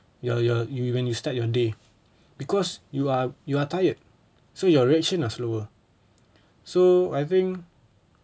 you are you are you you when you start your day because you are you are tired so your reaction will slower so I think